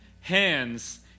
hands